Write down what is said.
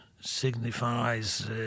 signifies